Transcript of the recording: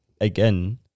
again